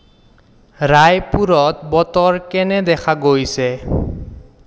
ৰায়পুৰত বতৰ কেনে দেখা গৈছে